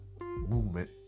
movement